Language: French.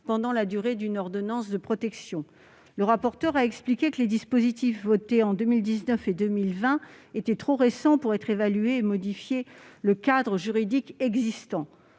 durant la durée d'une ordonnance de protection. Or M. le rapporteur a expliqué que les dispositifs votés en 2019 et 2020 étaient trop récents pour être évalués et pour modifier le cadre juridique existant.